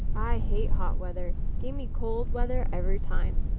i hate hot weather. give me cold weather every time.